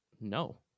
No